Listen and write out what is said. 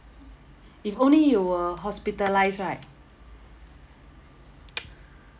if only you were hospitalised right